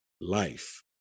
life